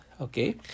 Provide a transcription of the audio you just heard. Okay